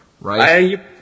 right